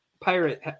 Pirate